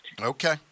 Okay